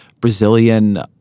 Brazilian –